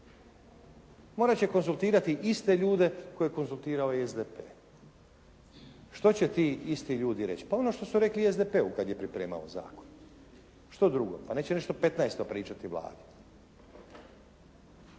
Morat će konzultirati iste ljude koje je konzultirao i SDP. Što će ti isti ljudi reći? Pa ono što su rekli i SDP-u kad je pripremao zakon. Što drugo? Pa neće nešto petnaesto pričati Vladi?